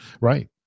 Right